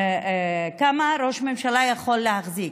של כמה ראש ממשלה יכול להחזיק,